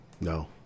No